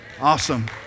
Awesome